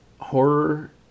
horror